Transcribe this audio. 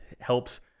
helps